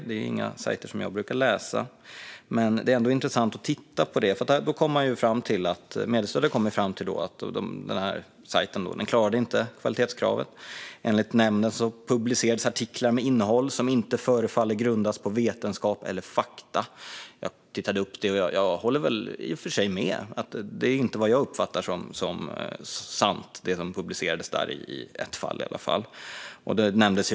Det är inga sajter där jag brukar läsa, men det är ändå intressant att titta på detta. Mediestödsnämnden kom fram till att en sajt inte klarade kvalitetskravet. Enligt nämnden publicerades artiklar med innehåll som inte föreföll grundas på vetenskap eller fakta. Jag håller i och för sig med. Det de publicerade i ett fall är inte vad jag uppfattar som sant.